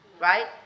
right